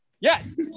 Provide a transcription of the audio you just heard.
Yes